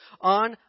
on